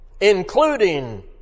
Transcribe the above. including